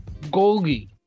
Golgi